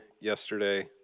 yesterday